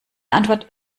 antwort